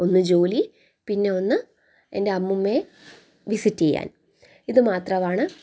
ഒന്ന് ജോലി പിന്നെ ഒന്ന് എൻ്റെ അമ്മൂമ്മയെ വിസിറ്റ് ചെയ്യാൻ ഇത് മാത്രമാണ്